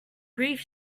grief